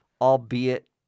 albeit